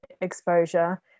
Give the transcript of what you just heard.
exposure